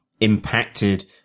impacted